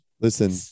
Listen